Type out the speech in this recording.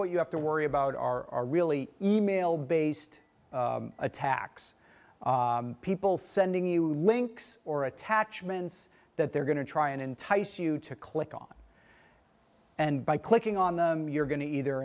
what you have to worry about are really e mail based attacks people sending you links or attachments that they're going to try and entice you to click on and by clicking on them you're going to either